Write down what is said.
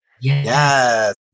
Yes